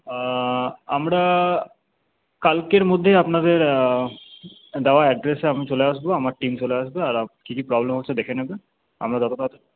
আমরা কালকের মধ্যেই আপনাদের দেওয়া অ্যাড্রেসে আমি চলে আসবো আমার টিম চলে আসবে আর কী কী প্রবলেম হচ্ছে দেখে নেবে আমরা যত তাড়াতাড়ি